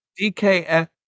DKF